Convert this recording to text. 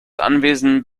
anwesen